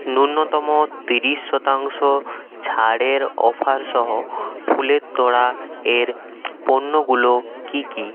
ন্যূনতম তিরিশ শতাংশ ছাড়ের অফার সহ ফুলের তোড়া এর পণ্যগুলো কী কী